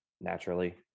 naturally